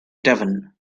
devon